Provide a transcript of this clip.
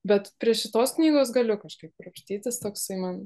bet prie šitos knygos galiu kažkaip krapštytis toksai man